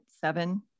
seven